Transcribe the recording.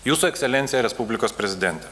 jūsų ekscelencija respublikos prezidente